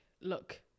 look